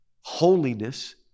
holiness